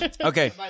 Okay